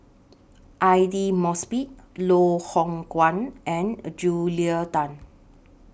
Aidli Mosbit Loh Hoong Kwan and Julia Tan